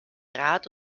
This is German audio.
rad